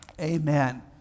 amen